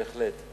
בהחלט.